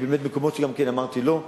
יש מקומות שאכן אמרתי לא,